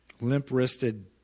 limp-wristed